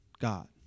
God